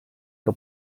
que